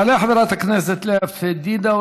תעלה חברת הכנסת לאה פדידה,